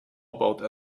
about